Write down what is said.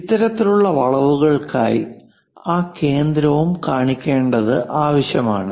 ഇത്തരത്തിലുള്ള വളവുകൾക്കായി ആ കേന്ദ്രവും കാണിക്കേണ്ടത് ആവശ്യമാണ്